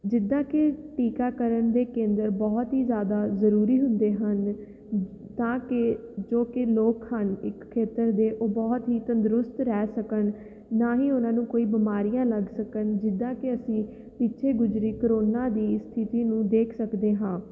ਜਿੱਦਾਂ ਕਿ ਟੀਕਾਕਰਨ ਦੇ ਕੇਂਦਰ ਬਹੁਤ ਹੀ ਜ਼ਿਆਦਾ ਜ਼ਰੂਰੀ ਹੁੰਦੇ ਹਨ ਤਾਂ ਕਿ ਜੋ ਕਿ ਲੋਕ ਹਨ ਇੱਕ ਖੇਤਰ ਦੇ ਉਹ ਬਹੁਤ ਹੀ ਤੰਦਰੁਸਤ ਰਹਿ ਸਕਣ ਨਾ ਹੀ ਉਹਨਾਂ ਨੂੰ ਕੋਈ ਬਿਮਾਰੀਆਂ ਲੱਗ ਸਕਣ ਜਿੱਦਾਂ ਕਿ ਅਸੀਂ ਪਿੱਛੇ ਗੁਜ਼ਰੀ ਕਰੋਨਾ ਦੀ ਸਥਿਤੀ ਨੂੰ ਦੇਖ ਸਕਦੇ ਹਾਂ